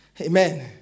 Amen